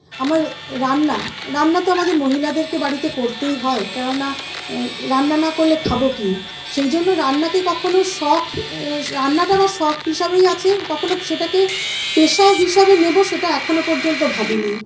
আমার রান্না রান্না তো আমাদের মহিলাদেরকে বাড়িতে করতেই হয় কেননা রান্না না করলে খাবো কি সেইজন্য রান্নাকে কখনও শখ রান্নাটা আমার শখ হিসাবেই আছে কখনও সেটাকে পেশা হিসাবে নেব সেটা এখনও পর্যন্ত ভাবিনি